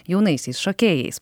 jaunaisiais šokėjais